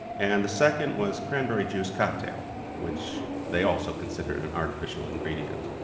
and the second was cranberry juice cocktail, which they also considered an artificial ingredient.